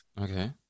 Okay